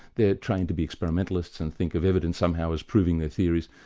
they're trained to be experimentalists and think of evidence somehow as proving their theories,